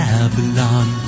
Babylon